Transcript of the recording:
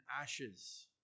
ashes